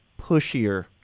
pushier